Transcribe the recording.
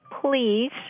please